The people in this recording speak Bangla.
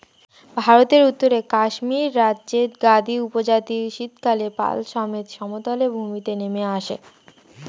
ভারতের উত্তরে কাশ্মীর রাজ্যের গাদ্দী উপজাতি শীতকালে পাল সমেত সমতল ভূমিতে নেমে আসে